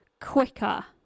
quicker